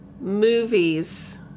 movies